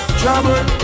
trouble